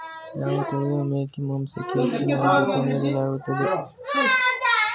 ಯಾವ ತಳಿಯ ಮೇಕೆ ಮಾಂಸಕ್ಕೆ ಹೆಚ್ಚಿನ ಆದ್ಯತೆ ನೀಡಲಾಗುತ್ತದೆ?